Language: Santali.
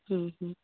ᱦᱩᱸ ᱦᱩᱸ